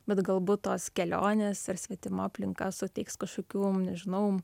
bet galbūt tos kelionės ir svetima aplinka suteiks kažkokių nežinau